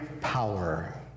power